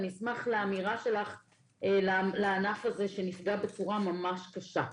אני אשמח לאמירה שלך לענף הזה שנפגע בצורה ממש קשה.